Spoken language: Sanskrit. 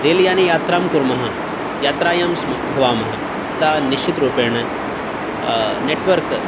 रेल याने यात्रां कुर्मः यात्रायां स्म भवामः तदा निश्चितरूपेण नेटवर्क्